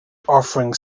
offering